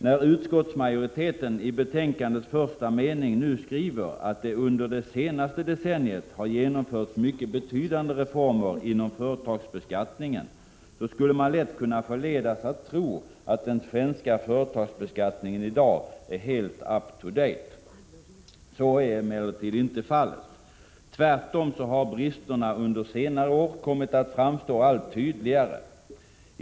När utskottsmajoriteten i betänkandets första mening nu skriver att det under det senaste decenniet har genomförts mycket betydande reformer inom företagsbeskattningen, skulle man lätt kunna förledas att tro att den svenska företagsbeskattningen i dag är helt up to date. Så är emellertid inte fallet. Tvärtom har bristerna under senare år kommit att framstå allt tydligare.